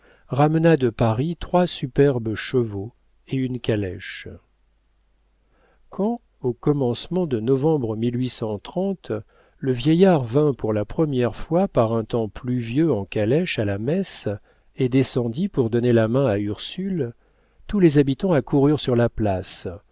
ramena de paris trois superbes chevaux et une calèche quand au commencement de novembre le vieillard vint pour la première fois par un temps pluvieux en calèche à la messe et descendit pour donner la main à ursule tous les habitants accoururent sur la place